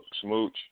Smooch